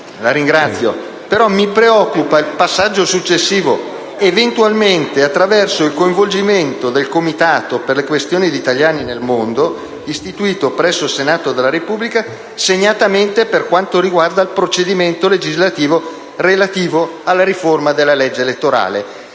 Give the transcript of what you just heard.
Presidente, però mi preoccupa il passaggio successivo, là dove recita: «eventualmente attraverso il coinvolgimento del Comitato per le questioni degli italiani nel mondo istituito presso il Senato della Repubblica, segnatamente per quanto riguarda il procedimento legislativo relativo alla riforma della legge elettorale».